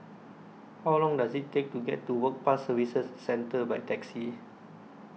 How Long Does IT Take to get to Work Pass Services Centre By Taxi